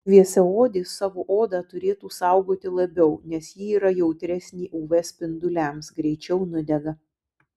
šviesiaodės savo odą turėtų saugoti labiau nes ji yra jautresnė uv spinduliams greičiau nudega